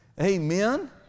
Amen